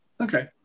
Okay